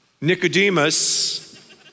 Nicodemus